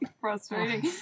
frustrating